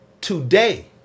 today